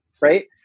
right